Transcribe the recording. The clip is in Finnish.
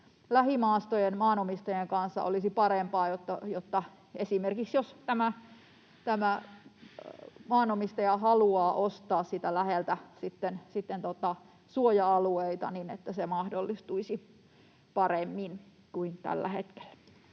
lähimaastojen maanomistajien kanssa olisi parempaa, niin että jos esimerkiksi tämä maanomistaja haluaa ostaa siitä läheltä sitten suoja-alueita, niin se mahdollistuisi paremmin kuin tällä hetkellä.